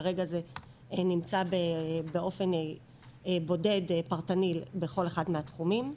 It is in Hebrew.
כרגע זה נמצא באופן בודד פרטני בכל אחד מהתחומים.